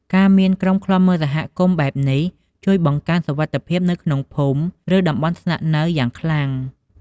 ការមានក្រុមឃ្លាំមើលសហគមន៍បែបនេះ ជួយបង្កើនសុវត្ថិភាពនៅក្នុងភូមិ ឬតំបន់ស្នាក់នៅយ៉ាងខ្លាំង។